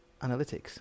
Analytics